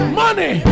money